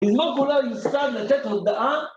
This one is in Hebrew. היא לא כולה ניסתה לתת הודעה